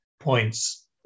points